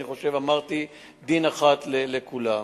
אמרתי: דין אחד לכולם.